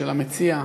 של המציע: